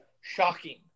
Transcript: shocking